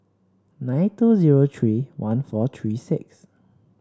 nine two zero three one four three six